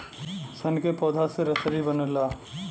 सन के पौधा से रसरी बनला